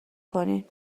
کنین